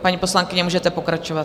Paní poslankyně, můžeme pokračovat.